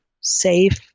safe